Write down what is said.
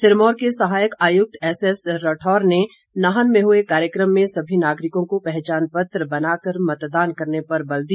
सिरमौर के सहायक आयुक्त एसएस राठौर ने नाहन में हुए कार्यक्रम में सभी नागरिकों को पहचान पत्र बनाकर मतदान करने पर बल दिया